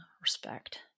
respect